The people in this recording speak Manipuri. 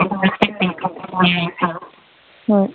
ꯍꯣꯏ